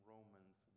Romans